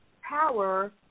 power